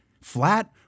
flat